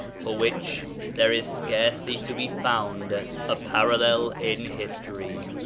for which there is scarcely to be found a parallel in history.